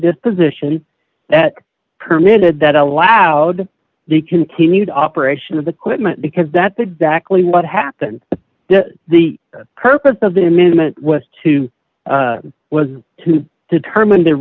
disposition that permitted that allowed the continued operation of the quitman because that's exactly what happened the purpose of the amendment was to was to determine the